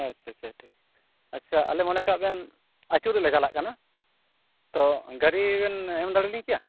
ᱟᱪᱪᱷᱟ ᱪᱷᱟ ᱴᱷᱤᱠ ᱟᱪᱪᱷᱟ ᱟᱞᱮ ᱢᱚᱱᱮ ᱠᱟᱜ ᱵᱮᱱ ᱟᱹᱪᱩᱨᱚᱜ ᱞᱮ ᱪᱟᱞᱟᱜ ᱠᱟᱱᱟ ᱛᱚ ᱜᱟᱹᱰᱤ ᱵᱮᱱ ᱮᱢ ᱫᱟᱲᱮ ᱞᱤᱧ ᱠᱮᱭᱟ